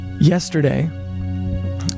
yesterday